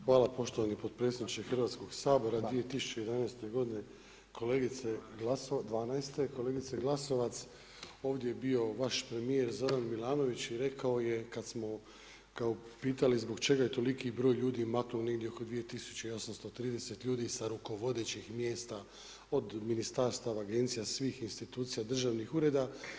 Hvala poštovani potpredsjedniče Hrvatskog sabora, 2011. g., 2012. kolegice Glasovac, ovdje je bio vaš premjer, Zoran Milanović i rekao je kad smo kao pitao zbog čega je toliki broj ljudi maknuo negdje oko 2830 ljudi sa rukovodećih mjesta, od ministarstava, agencija, svih institucija državnih ureda.